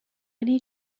need